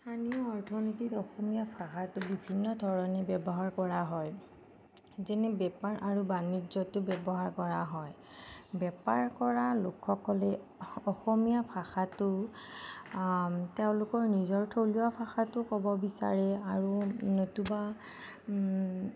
স্থানীয় অৰ্থনীতিত অসমীয়া ভাষাটো বিভিন্ন ধৰণে ব্যৱহাৰ কৰা হয় যেনে বেপাৰ আৰু বাণিজ্যতো ব্যৱহাৰ কৰা হয় বেপাৰ কৰা লোকসকলে অসমীয়া ভাষাটো তেওঁলোকৰ নিজৰ থলুৱা ভাষাটো ক'ব বিচাৰে আৰু নতুবা